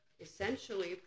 essentially